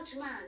man